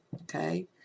okay